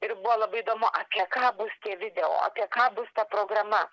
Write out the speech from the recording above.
ir buvo labai įdomu apie ką bus tie video apie ką bus ta programa